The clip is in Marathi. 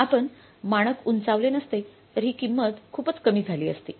आपण मानक उंचावले नसते तर ही किंमत खूपच कमी झाली असती